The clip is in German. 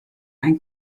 ein